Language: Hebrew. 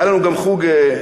היה לנו גם חוג ג'ודו,